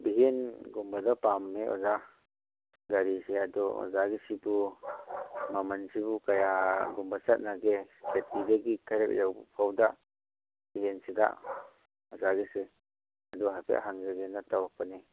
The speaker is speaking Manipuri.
ꯕꯦꯟꯒꯨꯝꯕꯗꯣ ꯄꯥꯝꯃꯦ ꯑꯣꯖꯥ ꯒꯥꯔꯤꯁꯦ ꯑꯗꯨ ꯑꯣꯖꯥꯒꯤꯁꯤꯕꯨ ꯃꯃꯟꯁꯤꯕꯨ ꯀꯌꯥꯒꯨꯝꯕ ꯆꯠꯅꯒꯦ ꯈꯦꯇ꯭ꯔꯤꯗꯒꯤ ꯀꯩꯔꯛ ꯌꯧꯕ ꯐꯥꯎꯗ ꯚꯦꯟꯁꯤꯗ ꯑꯣꯖꯥꯒꯤꯁꯦ ꯑꯗꯨ ꯍꯥꯏꯐꯦꯠ ꯍꯪꯖꯒꯦꯅ ꯇꯧꯔꯛꯄꯅꯦ